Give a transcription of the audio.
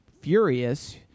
Furious